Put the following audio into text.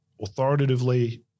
authoritatively